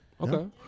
Okay